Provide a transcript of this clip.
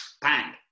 bang